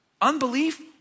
unbelief